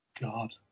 God